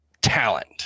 talent